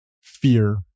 fear